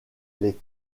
les